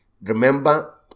Remember